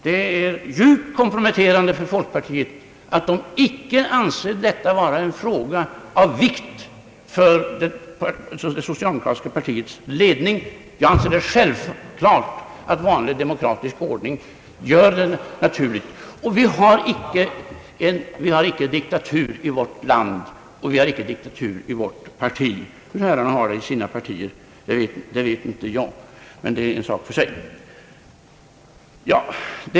Det är djupt komprometterande för folkpartiet att icke anse detta vara en fråga av vikt för det socialdemokratiska partiets ledning. Jag anser det självklart — vanlig demokratisk ordning gör det naturligt, och vi har inte diktatur i vårt land. Vi har inte heller diktatur i vårt parti — om herrarna har det i sina partier vet jag inte, men det är en sak för sig.